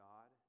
God